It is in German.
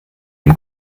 dem